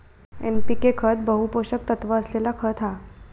NPK खत बहु पोषक तत्त्व असलेला खत हा